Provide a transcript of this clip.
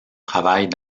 travaillent